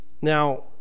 Now